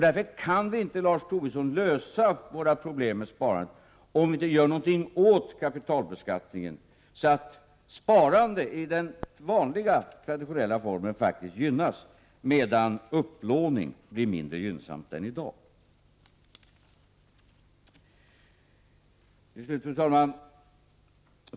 Därför kan vi inte, Lars Tobisson, lösa våra problem med sparandet om vi inte gör något åt kapitalbeskattningen, så att sparande i den traditionella formen gynnas, medan upplåning blir mindre gynnsamt än i dag. Fru talman!